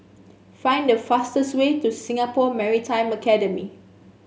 find the fastest way to Singapore Maritime Academy